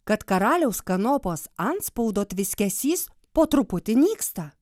kad karaliaus kanopos antspaudo tviskesys po truputį nyksta